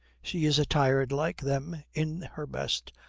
she is attired, like them, in her best,